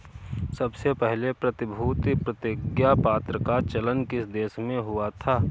सबसे पहले प्रतिभूति प्रतिज्ञापत्र का चलन किस देश में हुआ था?